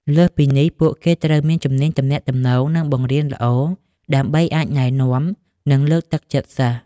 លើសពីនេះ ពួកគេត្រូវមាន ជំនាញទំនាក់ទំនង និងបង្រៀនល្អ ដើម្បីអាចណែនាំ និងលើកទឹកចិត្តសិស្ស។